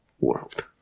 world